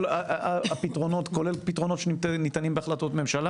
כל הפתרונות כולל פתרונות שניתנים בהחלטות ממשלה